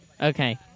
Okay